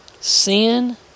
Sin